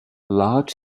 large